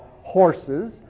horses